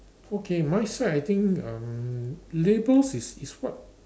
okay my side I think um labels is is what